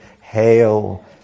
Hail